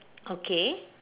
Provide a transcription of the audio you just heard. okay